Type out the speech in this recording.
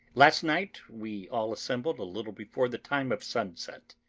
last night we all assembled a little before the time of sunset.